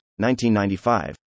1995